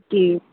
ठीक